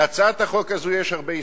להצעת החוק הזו יש הרבה הסתייגויות.